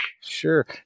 Sure